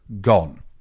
gone